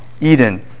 Eden